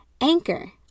Anchor